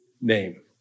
name